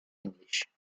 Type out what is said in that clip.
english